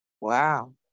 Wow